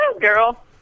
girl